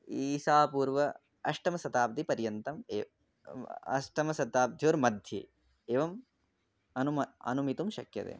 ईसापूर्व अष्टमशताब्दि पर्यन्तम् ए अष्टमशताब्द्योर्मध्ये एवम् अनुम अनुमितुं शक्यते